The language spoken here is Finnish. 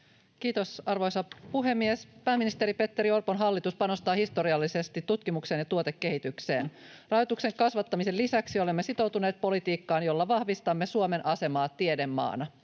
Kiitos, arvoisa puhemies! Pääministeri Petteri Orpon hallitus panostaa historiallisesti tutkimukseen ja tuotekehitykseen. Rahoituksen kasvattamisen lisäksi olemme sitoutuneet politiikkaan, jolla vahvistamme Suomen asemaa tiedemaana.